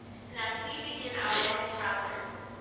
and as we begin our next chapters,